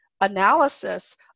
analysis